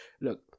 Look